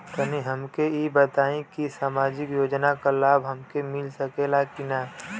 तनि हमके इ बताईं की सामाजिक योजना क लाभ हमके मिल सकेला की ना?